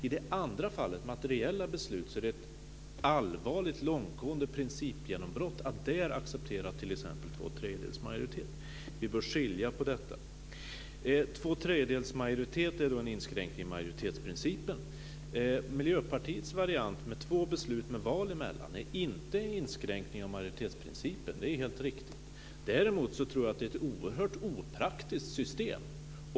I det andra fallet, materiella beslut, är det ett allvarligt, långtgående principgenombrott att acceptera t.ex. två tredjedels majoritet. Vi bör skilja på dessa saker. Två tredjedels majoritet är en inskränkning av majoritetsprincipen. Miljöpartiets variant med två beslut med val emellan är inte en inskränkning av majoritetsprincipen, det är helt riktigt. Däremot tror jag att det är ett oerhört opraktiskt system.